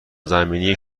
زمینی